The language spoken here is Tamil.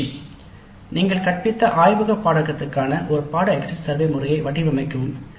யிற்சி நீங்கள் கற்பித்த ஆய்வக பாடநெறிக்கான ஒரு பாடநெறி எக்ஸிட் சர்வே முறையை வடிவமைக்கவும்